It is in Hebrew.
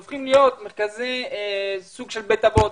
הופכים להיות סוג של בית אבות,